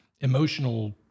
emotional